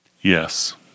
Yes